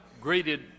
greeted